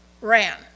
ran